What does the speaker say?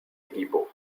equipo